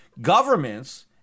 governments